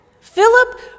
Philip